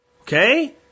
Okay